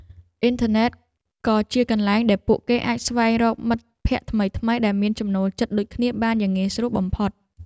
អ៊ីនធឺណិតក៏ជាកន្លែងដែលពួកគេអាចស្វែងរកមិត្តភក្តិថ្មីៗដែលមានចំណូលចិត្តដូចគ្នាបានយ៉ាងងាយស្រួលបំផុត។